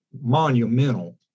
monumental